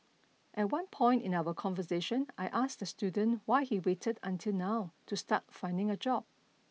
at one point in our conversation I asked the student why he waited until now to start finding a job